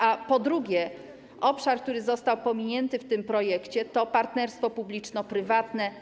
A po drugie, obszar, który został pominięty w tym projekcie, to partnerstwo publiczno-prywatne.